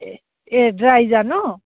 ए ए ड्राई जानु